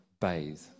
bathe